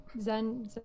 Zen